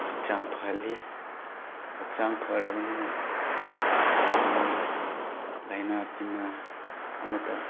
ꯍꯛꯆꯥꯡ ꯐꯍꯜꯂꯤ ꯍꯛꯆꯥꯡ ꯐꯔꯕꯅꯤꯅ ꯑꯩꯈꯣꯏꯒꯤ ꯂꯥꯏꯅꯥ ꯇꯤꯟꯅꯥ ꯑꯃꯠꯇ